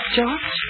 George